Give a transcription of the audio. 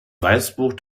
weißbuch